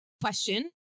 Question